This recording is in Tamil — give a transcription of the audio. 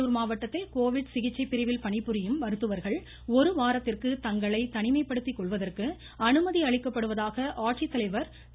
வேலூர் மாவட்டத்தில் கோவிட் சிகிச்சை பிரிவில் பணிபுரியும் மருத்துவர்கள் ஒருவாரத்திற்கு தங்களை தனிமை படுத்திக்கொள்வதற்கு அனுமதி அளிக்கப்படுவதாக ஆட்சித்தலைவர் திரு